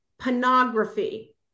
pornography